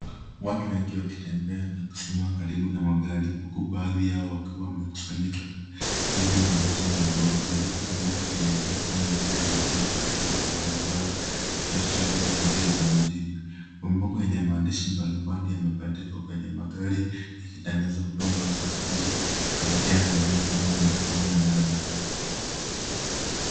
Watu wengi wakitembea na kusimama karibu na magari, huku baadhi yao wakiwa wamekusanyika karibu na mabasi madogo. Majengo marefu yenye ghorofa nyingi yamejengwa karibu na barabara, yakionyesha shughuli nyingi za mjini. Mabango yenye maandishi mbali mbali yamebandikwa kwenye magari, yakitangaza huduma za usafiri kuelekea maeneo kama, Nakuru na Nyanza.